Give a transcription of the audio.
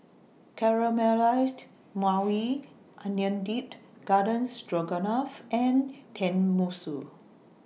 Caramelized Maui Onion Dipped Garden Stroganoff and Tenmusu